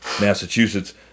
Massachusetts